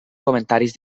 comentaris